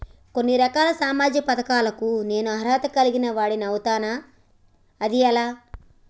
కొన్ని రకాల సామాజిక పథకాలకు నేను అర్హత కలిగిన వాడిని అవుతానా? అది ఎలా?